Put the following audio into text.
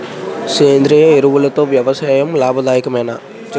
సేంద్రీయ ఎరువులతో వ్యవసాయం లాభదాయకమేనా?